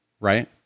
Right